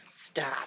Stop